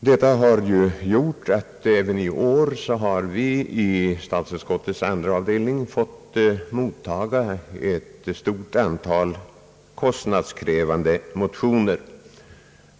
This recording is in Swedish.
Detta har gjort att vi på statsutskottets andra avdelningen även i år har fått mottaga ett stort antal kostnadskrävande motioner.